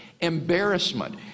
Embarrassment